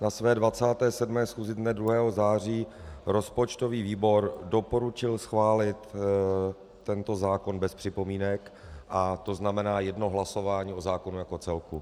Na své 27. schůzi dne 2. září 2015 rozpočtový výbor doporučil schválit tento zákon bez připomínek a to znamená jedno hlasování o zákonu jako celku.